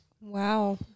Wow